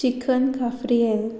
chicken cafreal